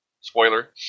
Spoiler